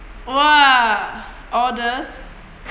!wah! orders